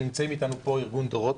נמצא איתנו כאן ארגון דורות.